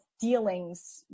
dealings